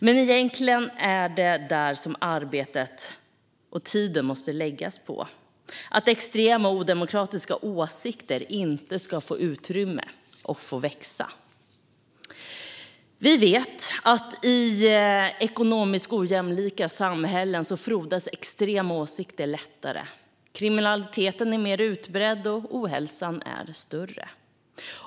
Men det som arbetet och tiden egentligen måste läggas på är att extrema och odemokratiska åsikter inte ska få utrymme att växa. Vi vet att extrema åsikter frodas lättare i ekonomiskt ojämlika samhällen. Kriminaliteten är mer utbredd och ohälsan större.